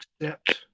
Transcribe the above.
accept